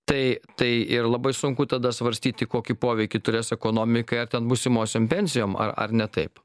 tai tai ir labai sunku tada svarstyti kokį poveikį turės ekonomikai ar ten būsimosiom pensijom ar ar ne taip